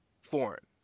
foreign